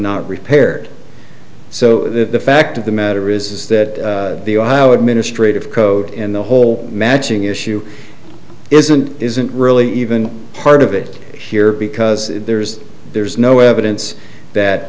not repaired so the fact of the matter is that the ohio administrative code in the whole matching issue isn't isn't really even part of it here because there's there's no evidence that